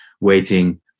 waiting